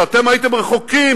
שאתם הייתם רחוקים,